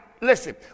listen